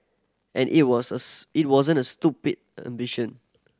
and it was a it wasn't a stupid ambition